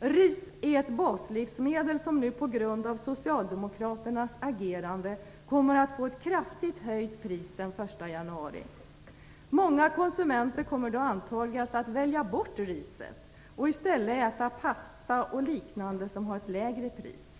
Ris är ett baslivsmedel som nu på grund av socialdemokraternas agerande kommer att få ett kraftigt höjt pris den 1 januari. Många konsumenter kommer då antagligen att välja bort riset och i stället äta pasta och liknande som har ett lägre pris.